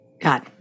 God